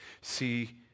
See